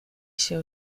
się